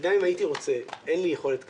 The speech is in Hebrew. -- גם אם הייתי רוצה, אין לי יכולת כזאת.